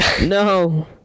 no